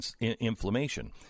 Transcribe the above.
inflammation